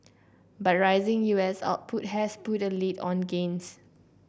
but rising U S output has put a lid on gains